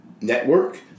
network